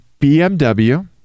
BMW